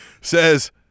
Says